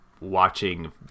watching